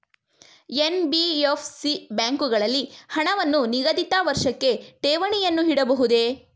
NBFC ಬ್ಯಾಂಕುಗಳಲ್ಲಿ ಹಣವನ್ನು ನಿಗದಿತ ವರ್ಷಕ್ಕೆ ಠೇವಣಿಯನ್ನು ಇಡಬಹುದೇ?